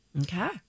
Okay